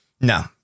No